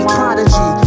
Prodigy